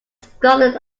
scarlet